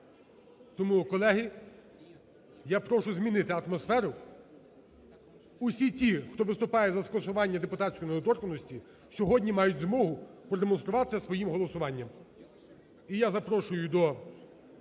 Тому, колеги, я прошу змінити атмосферу. Усі ті, хто виступає за скасування депутатської недоторканності, сьогодні мають змогу продемонструвати це своїм голосуванням.